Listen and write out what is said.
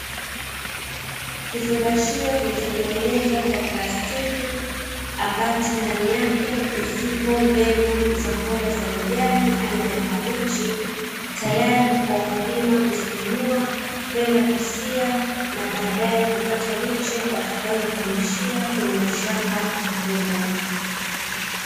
Kifungashio kilichotengenezwa kwa plastiki ambacho ndani yake zipombegu za mboga za majani na kabichi, tayari kwa wakulima kuzinunua, kwenda kusia na baadae kupata miche watakayohamishia kwenye mashamba makubwa.